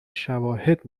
شواهد